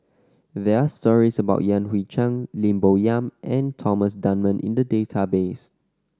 there are stories about Yan Hui Chang Lim Bo Yam and Thomas Dunman in the database